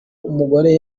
umugore